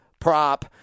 prop